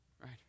Right